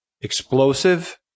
explosive